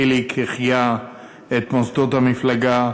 חיליק החיה את מוסדות המפלגה,